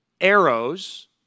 Arrows